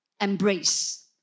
embrace